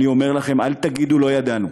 אני אומר לכם: אל תגידו לא ידענו.